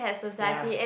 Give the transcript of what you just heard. ya